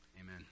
Amen